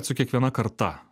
su kiekviena karta